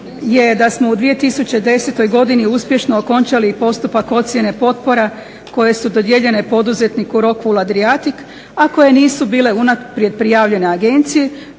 je da smo u 2010. godini uspješno okončali postupak ocjene potpora koje su dodijeljene poduzetniku Rockwool Adriatic, a koje nisu bile unaprijed prijavljene agenciji